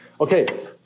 Okay